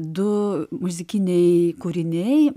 du muzikiniai kūriniai